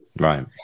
Right